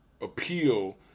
appeal